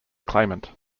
claimant